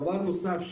דבר נוסף,